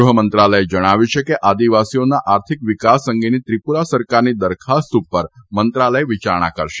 ગૃહમંત્રાલયે જણાવ્યું છે કે આદિવાસીઓના આર્થિક વિકાસ અંગેની ત્રિપુરા સરકારની દરખાસ્ત ઉપર મંત્રાલય વિચારણા કરશે